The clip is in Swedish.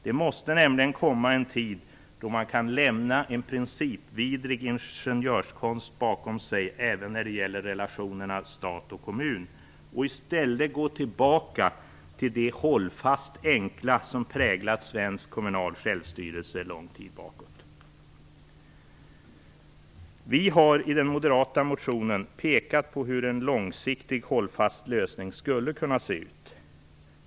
Det måste komma en tid då man kan lämna en principvidrig ingenjörskonst bakom sig även när det gäller relationerna stat-kommun och i stället gå tillbaka till det hållfast enkla som präglat svensk kommunal självstyrelse lång tid bakåt. Vi har i den moderata motionen pekat på hur en långsiktig, hållfast lösning skulle kunna se ut.